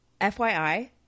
FYI